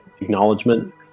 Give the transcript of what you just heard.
acknowledgement